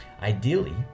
Ideally